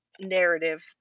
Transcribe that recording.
narrative